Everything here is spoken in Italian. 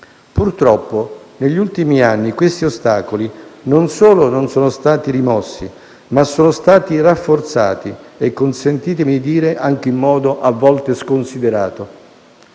Purtroppo negli ultimi anni questi ostacoli non solo non sono stati rimossi, ma sono stati rafforzati e - consentitemi di dire - anche in modo a volte sconsiderato.